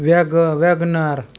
व्याग WagonR